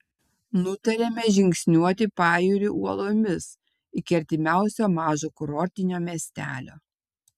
nutarėme žingsniuoti pajūriu uolomis iki artimiausio mažo kurortinio miestelio